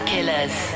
Killers